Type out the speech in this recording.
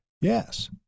Yes